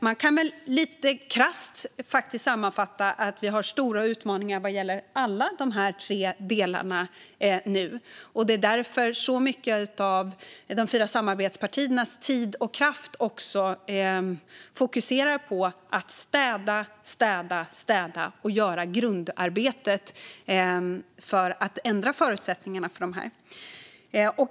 Man kan lite krasst sammanfatta det med att vi har stora utmaningar vad gäller alla de tre delarna nu och att det är därför så mycket av de fyra samarbetspartiernas tid och kraft går till att städa och göra grundarbetet för att ändra förutsättningarna.